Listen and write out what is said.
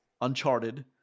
uncharted